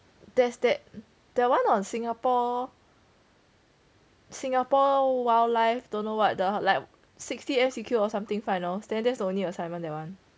there's that that one on singapore singapore wildlife dont know what the like sixty M_C_Q or something final then thats the only assignment that [one]